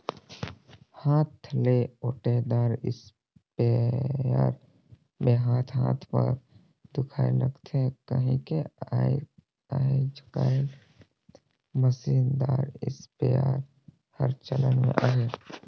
हाथ ले ओटे दार इस्पेयर मे हाथ हाथ हर दुखाए लगथे कहिके आएज काएल मसीन दार इस्पेयर हर चलन मे अहे